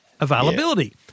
availability